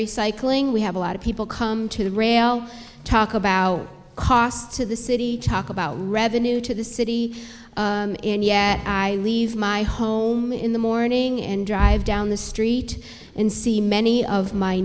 recycling we have a lot of people come to the rail talk about cost to the city talk about revenue to the city and yet i leave my home in the morning and drive down the street and see many of my